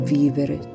vivere